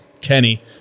Kenny